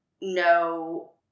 no